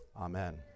Amen